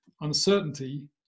Uncertainty